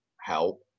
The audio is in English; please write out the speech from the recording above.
help